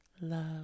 love